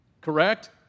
Correct